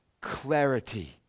clarity